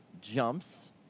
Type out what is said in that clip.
jumps